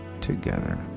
together